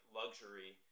luxury